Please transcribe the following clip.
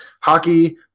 hockey